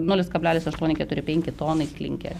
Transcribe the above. nulis kablelis aštuoni keturi penki tonai klinkerio